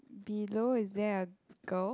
below is there a girl